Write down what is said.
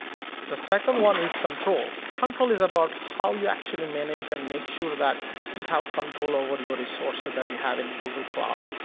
the second one is control. control is about how you actually manage and make sure that you have control over your resources that you have in google cloud.